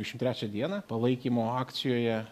dvidešimt trečią dieną palaikymo akcijoje